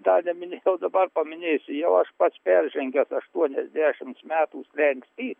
dar neminėjau dabar paminėsiu jau aš pats peržengęs aštuoniasdešims metų slenkstį